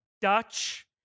Dutch